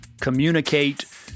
Communicate